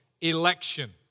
election